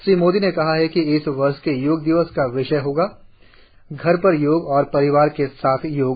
श्री मोदी ने कहा कि इस वर्ष के योग दिवस का विषय हैः घर पर योग और परिवार के साथ योग